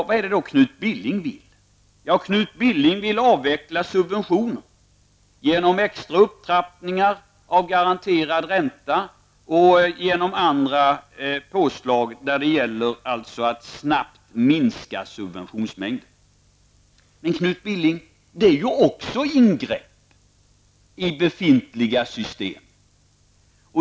Vad är det Knut Billing vill? Knut Billing vill avveckla subventioner genom extra upptrappningar av garanterad ränta och genom andra påslag som snabbt leder till minskad subventionsmängd. Men, Knut Billing, det är också ingrepp i befintliga system.